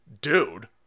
dude